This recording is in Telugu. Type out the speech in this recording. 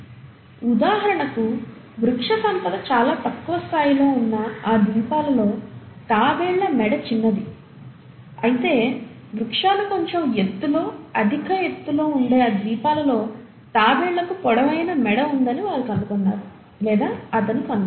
ఉదాహరణకు వృక్షసంపద చాలా తక్కువ స్థాయిలో ఉన్న ఆ ద్వీపాలలో తాబేళ్ల మెడ చిన్నది అయితే వృక్షాలు కొంచెం ఎత్తులో అధిక ఎత్తులో ఉండే ఆ ద్వీపాలలో తాబేళ్ళకు పొడవైన మెడ ఉందని వారు కనుగొన్నారు లేదా అతను కనుగొన్నాడు